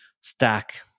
stack